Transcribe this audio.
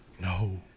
No